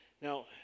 Now